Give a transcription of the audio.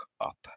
up